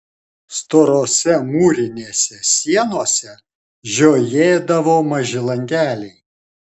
storose mūrinėse sienose žiojėdavo maži langeliai